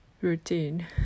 routine